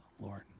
Lord